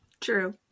True